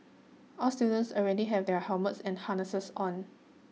all students already have their helmets and harnesses on